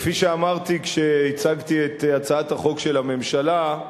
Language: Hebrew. כפי שאמרתי כשהצגתי את הצעת החוק של הממשלה,